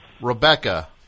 rebecca